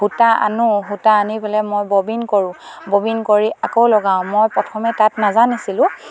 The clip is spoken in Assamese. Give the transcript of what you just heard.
সূতা আনো সূতা আনি পেলাই মই ববিন কৰোঁ ববিন কৰি আকৌ লগাওঁ মই প্ৰথমে তাঁত নাজানিছিলোঁ